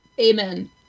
Amen